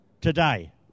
today